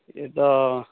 ଇଏ ତ